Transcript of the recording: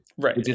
Right